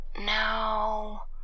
Now